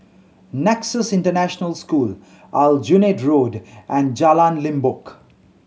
Nexus International School Aljunied Road and Jalan Limbok